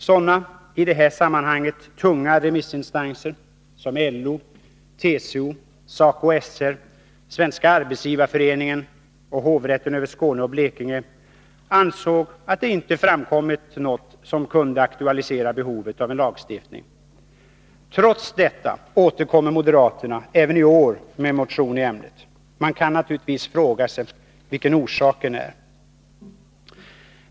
Sådana i det här sammanhanget tunga remissinstanser som LO, TCO, SACO/SR, Svenska arbetsgivareföreningen och hovrätten över Skåne och Blekinge ansåg att det inte framkommit något som kunde aktualisera behovet av en lagstiftning. Trots detta återkommer moderaterna även i år med en motion i ämnet. Man kan naturligtvis fråga sig vilken orsaken är.